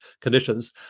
conditions